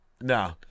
No